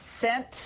sent